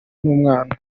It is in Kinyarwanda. n’umwana